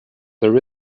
there